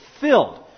filled